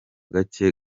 gake